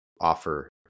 offer